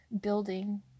building